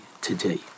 today